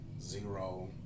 zero